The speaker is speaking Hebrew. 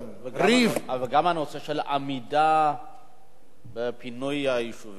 אבל גם הנושא של עמידה בפינוי היישובים הבלתי-חוקיים.